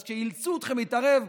אז כשאילצו אתכם להתערב,